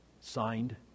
signed